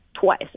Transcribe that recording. twice